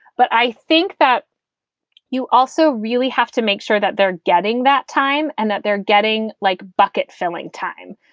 but i think that you also really have to make sure that they're getting that time and that they're getting like bucket filling time.